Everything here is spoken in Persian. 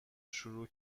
شروع